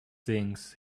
things